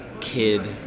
kid